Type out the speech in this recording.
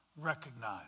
recognize